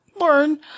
learn